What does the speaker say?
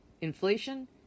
Inflation